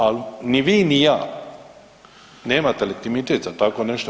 Ali ni vi, ni ja nemate legitimitet za takvo nešto.